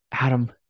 Adam